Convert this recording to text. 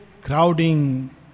crowding